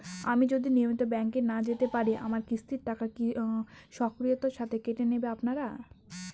আমি যদি নিয়মিত ব্যংকে না যেতে পারি আমার কিস্তির টাকা স্বকীয়তার সাথে কেটে নেবেন আপনারা?